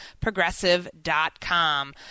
progressive.com